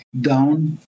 down